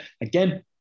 Again